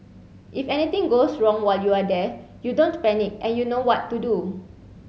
if anything goes wrong while you're there you don't panic and you know what to do